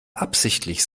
absichtlich